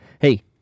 Hey